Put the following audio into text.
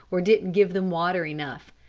or didn't give them water enough.